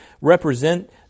represent